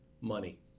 money